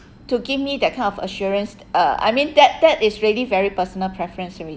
to give me that kind of assurance uh I mean that that is really very personal preference already